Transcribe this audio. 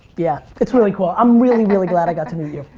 yeah. it's really cool. i'm really, really glad i got to meet you.